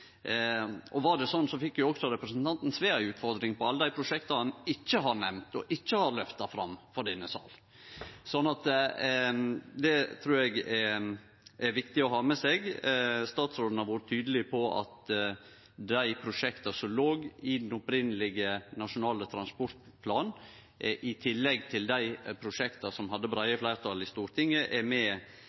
Var det slik, ville jo også representanten Sve få ei utfordring når det gjeld alle dei prosjekta han ikkje har nemnt, og ikkje har løfta fram for denne sal. Det trur eg er viktig å ha med seg. Statsråden har vore tydeleg på at dei prosjekta som låg i den opphavlege nasjonal- og transportplanen, i tillegg til dei prosjekta som hadde breie fleirtal i Stortinget, er med